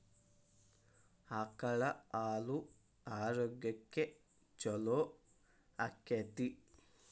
ಆಕಳ ಹಾಲು ಆರೋಗ್ಯಕ್ಕೆ ಛಲೋ ಆಕ್ಕೆತಿ?